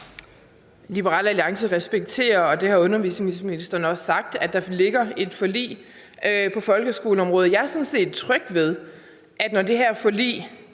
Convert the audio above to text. Liberal Alliance respekterer, og det har undervisningsministeren også sagt, at der ligger et forlig på folkeskoleområdet, og jeg er sådan set tryg ved, at når det her forlig